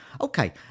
Okay